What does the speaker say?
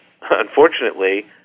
Unfortunately